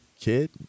kid